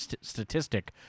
statistic